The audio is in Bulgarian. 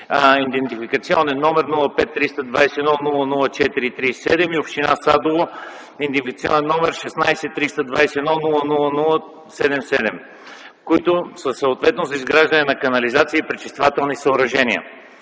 идентификационен номер 05-321-004-37, и община Садово – идентификационен номер 16-321-000-77, които са съответно за изграждане на канализация и пречиствателни съоръжения.